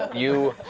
you